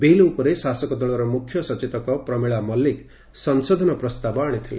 bill ଉପରେ ଶାସକ ଦଳର ମୁଖ୍ୟ ସତେତକ ପ୍ରମିଳା ମଲ୍କିକ୍ ସଂଶୋଧନ ପ୍ରସ୍ତାବ ଆଶିଥିଲେ